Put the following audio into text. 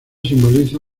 simboliza